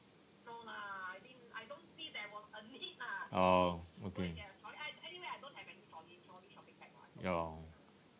oh okay oh